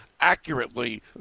accurately